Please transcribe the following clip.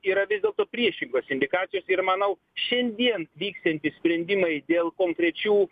yra vis dėlto priešingos indikacijos ir manau šiandien vyksiantys sprendimai dėl konkrečių